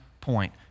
point